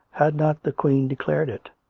had not the queen declared it?